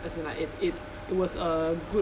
as in like it it it was uh good